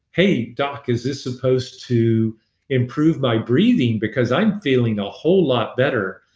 hey, doc, is this supposed to improve my breathing because i'm feeling a whole lot better?